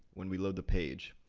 when we load the page,